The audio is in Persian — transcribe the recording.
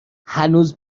هنوز